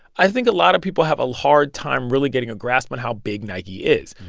i think a lot of people have a hard time really getting a grasp on how big nike is.